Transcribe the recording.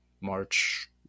March